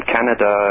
Canada